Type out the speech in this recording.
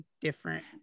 different